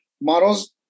models